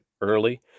early